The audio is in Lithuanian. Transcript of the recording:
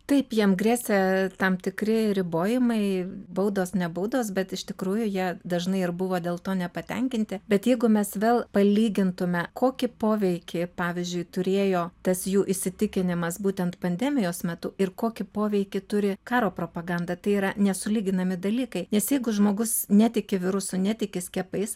taip jiem grėsė tam tikri ribojimai baudos ne baudos bet iš tikrųjų jie dažnai ir buvo dėl to nepatenkinti bet jeigu mes vėl palygintume kokį poveikį pavyzdžiui turėjo tas jų įsitikinimas būtent pandemijos metu ir kokį poveikį turi karo propaganda tai yra nesulyginami dalykai nes jeigu žmogus netiki virusų netiki skiepais